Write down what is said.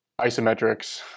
isometrics